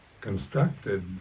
constructed